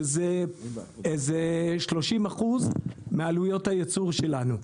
שזה 30% מעלויות הייצור שלנו.